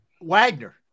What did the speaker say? Wagner